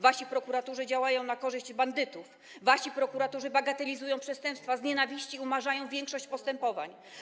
Wasi prokuratorzy działają na korzyść bandytów, wasi prokuratorzy bagatelizują przestępstwa z nienawiści i umarzają większość postępowań.